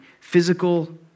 physical